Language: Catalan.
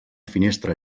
finestra